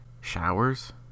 Showers